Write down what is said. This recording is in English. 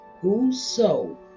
whoso